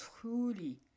truly